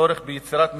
הצורך ביצירת מסגרת.